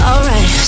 Alright